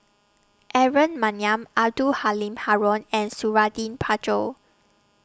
Aaron Maniam Abdul Halim Haron and Suradi Parjo